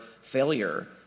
failure